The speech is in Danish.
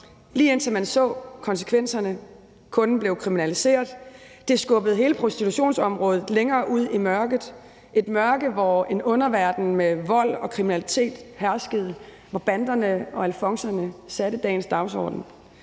lige indtil man så konsekvenserne af, at kunden blev kriminaliseret, nemlig at det skubbede hele prostitutionsområdet længere ud i mørket – et mørke, hvor en underverden med vold og kriminalitet herskede, og hvor banderne og alfonserne satte dagsordenen.